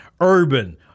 urban